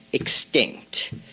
extinct